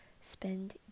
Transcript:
spend